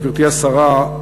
גברתי השרה,